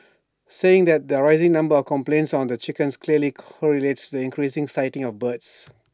saying that the rising number of complaints on the chickens clearly correlates the increased sighting of birds